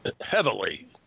heavily